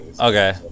Okay